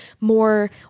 more